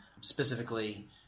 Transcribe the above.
specifically